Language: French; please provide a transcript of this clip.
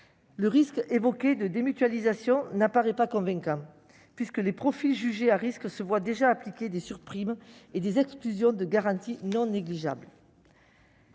Le risque de « démutualisation » qu'il invoque ne paraît pas convaincant, puisque les profils jugés à risque se voient déjà appliquer des surprimes et des exclusions de garantie non négligeables.